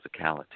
physicality